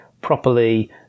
properly